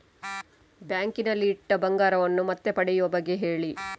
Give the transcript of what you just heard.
bank ನಲ್ಲಿ ಇಟ್ಟ ಬಂಗಾರವನ್ನು ಮತ್ತೆ ಪಡೆಯುವ ಬಗ್ಗೆ ಹೇಳಿ